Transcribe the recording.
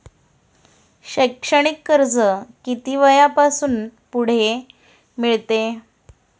शैक्षणिक कर्ज किती वयापासून पुढे मिळते?